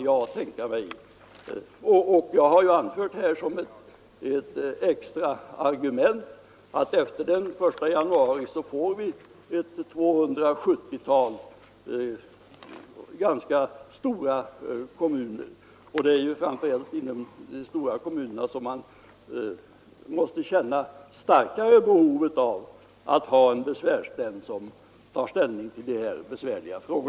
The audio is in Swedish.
Jag har anfört som ett extra argument att vi efter den 1 januari får ett 270-tal ganska stora kommuner, och att man framför allt i de stora kommunerna måste känna ett starkt behov av en besvärsnämnd, som tar ställning till dessa besvärliga frågor.